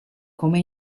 come